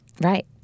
Right